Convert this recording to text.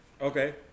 Okay